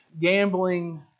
gambling